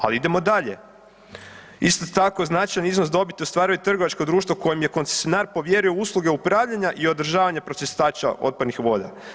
Ali idemo dalje, isto tako značajan iznos dobiti ostvaruje trgovačko društvo kojem je koncesionar povjerio usluge upravljanja i održavanja pročistača otpadnih voda.